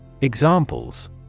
Examples